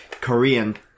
Korean